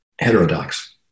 heterodox